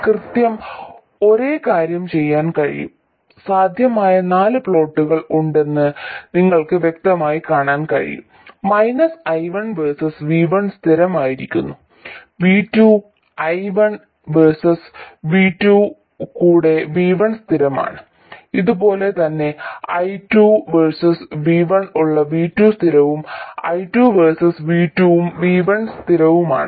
കൃത്യം ഒരേ കാര്യം ചെയ്യാൻ കഴിയും സാധ്യമായ നാല് പ്ലോട്ടുകൾ ഉണ്ടെന്ന് നിങ്ങൾക്ക് വ്യക്തമായി കാണാൻ കഴിയും I1 വേഴ്സസ് V1 സ്ഥിരമായിരിക്കുന്ന V2 I1 വേഴ്സസ് V2 കൂടെ V1 സ്ഥിരമാണ് അതുപോലെ തന്നെ I2 വേഴ്സസ് V1 ഉള്ള V2 സ്ഥിരവും I2 വേഴ്സസ് V2 ഉം V1 സ്ഥിരമാണ്